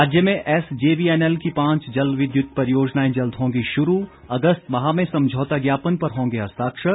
राज्य में एसजेवीएनएल की पांच जलविद्युत परियोजनाएं जल्द होगी शुरू अगस्त माह में समझौता ज्ञापन पर होंगे हस्ताक्षर